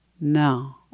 Now